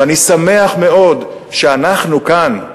ואני שמח מאוד שאנחנו כאן,